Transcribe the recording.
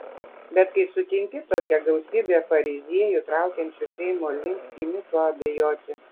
bet kai sutinki tokią gausybę fariziejų traukiančių seimo link imi tuo abejoti